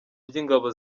by’ingabo